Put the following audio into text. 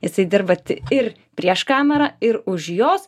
jisai dirbat ir prieš kamerą ir už jos